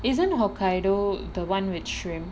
isn't hokkaido the [one] with shrimp